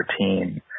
routine